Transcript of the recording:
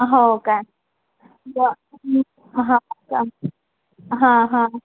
हो का हां हां